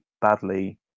badly